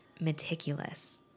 meticulous